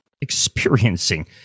experiencing